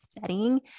setting